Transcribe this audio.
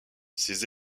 ces